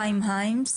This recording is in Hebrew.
חיים היימס.